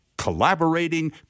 Collaborating